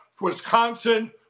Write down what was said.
Wisconsin